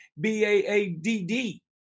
B-A-A-D-D